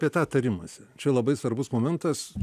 kai tą tarimąsi čia labai svarbus momentas